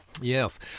Yes